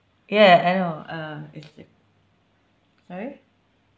ya I know uh it's i~ sorry